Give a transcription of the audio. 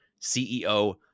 CEO